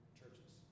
churches